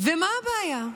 ומה הבעיה?